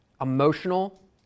Emotional